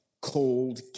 cold